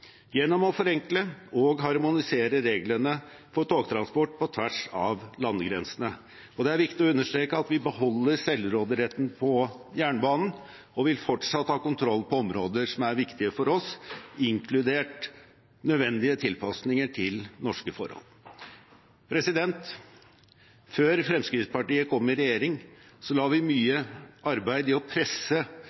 gjennom å forenkle og harmonisere reglene for togtransport på tvers av landegrensene. Det er viktig å understreke at vi beholder selvråderetten på jernbanen, og vi vil fortsatt ha kontroll på områder som er viktige for oss, inkludert nødvendige tilpasninger til norske forhold. Før Fremskrittspartiet kom i regjering, la vi mye arbeid i å presse